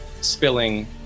spilling